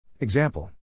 Example